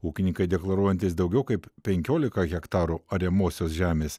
ūkininkai deklaruojantys daugiau kaip penkiolika hektarų ariamosios žemės